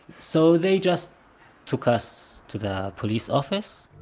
so they just took us to the police office